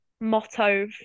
motto